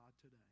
today